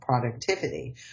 productivity